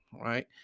right